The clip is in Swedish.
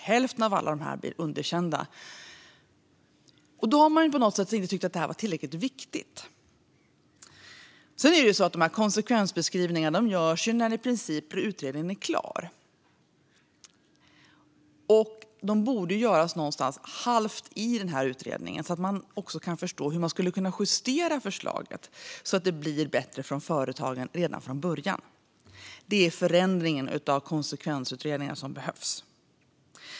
Hälften av dem blir underkända. Då har man inte tyckt att konsekvensbeskrivningar är tillräckligt viktiga. Dessa konsekvensbeskrivningar görs när utredningen i princip är klar, men de borde göras någonstans halvvägs i utredningen. Då kan man förstå hur förslaget kan justeras så att det blir bättre för företagen redan från början. Det är den förändringen av konsekvensutredningarna som behövs.